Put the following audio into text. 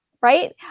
right